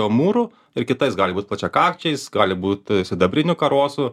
amūru ir kitais gali būt plačiakakčiais gali būt sidabriniu karosu